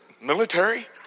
military